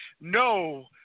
no